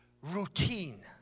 routine